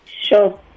Sure